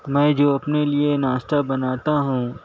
میں جو اپنے لیے ناشتہ بناتا ہوں